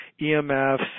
EMFs